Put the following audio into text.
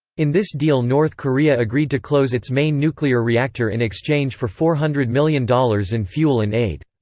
in this deal north korea agreed to close its main nuclear reactor in exchange for four hundred million dollars in fuel and aid.